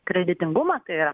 kreditingumą tai yra